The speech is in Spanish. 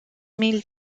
mil